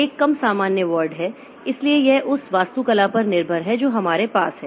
एक कम सामान्य वर्ड है इसलिए यह उस वास्तुकला पर निर्भर है जो हमारे पास है